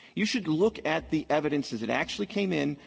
you should look at the evidence as it actually came in,